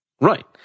Right